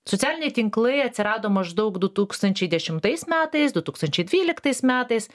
socialiniai tinklai atsirado maždaug du tūkstančiai dešimtais metais du tūkstančiai dvyliktais metais